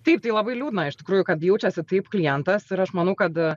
taip tai labai liūdna iš tikrųjų kad jaučiasi taip klientas ir aš manau kad